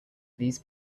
these